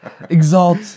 Exalt